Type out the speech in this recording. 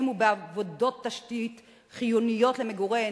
ובעבודות תשתית חיוניות למגורי אנוש,